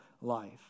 life